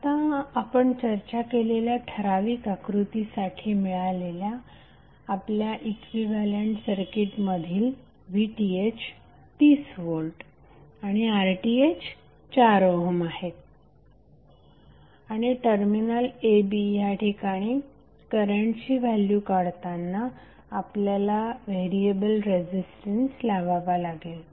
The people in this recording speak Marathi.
आता आपण चर्चा केलेल्या ठराविक आकृतीसाठी मिळालेल्या आपल्या इक्विव्हॅलंट सर्किट मधील VTh 30V आणि RTh 4 ओहम आहेत आणि टर्मिनल a b या ठिकाणी करंटची व्हॅल्यू काढताना आपल्याला व्हेरिएबल रेझिस्टन्स लावावा लागेल